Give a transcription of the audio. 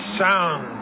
sound